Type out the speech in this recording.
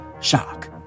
shock